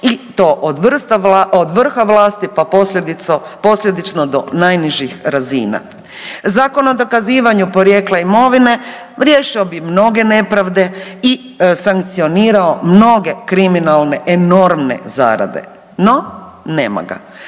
i to od vrha vlasti, pa posljedično do najnižih razina. Zakon o dokazivanju porijekla imovine riješio bi mnoge nepravde i sankcionirao mnoge kriminalne enormne zarade. No, nema ga.